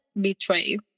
betrayed